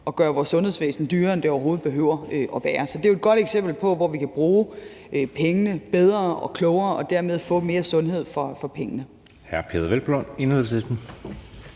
at gøre vores sundhedsvæsen dyrere, end det overhovedet behøver at være. Så det er jo et godt eksempel på et område, hvor vi kan bruge pengene bedre og klogere og dermed få mere sundhed for pengene.